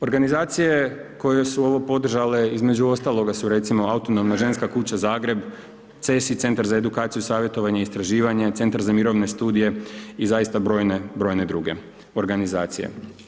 Organizacije koje su ovo podržale između ostalog su ostaloga su, recimo, Autonomna ženska kuća Zagreb, CESI Centar za edukaciju, savjetovanje i istraživanje, Centar za mirovne studije i zaista brojne, brojne druge organizacije.